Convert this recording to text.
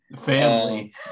family